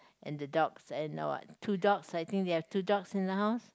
and the dogs and now what two dogs I think they have two dogs in the house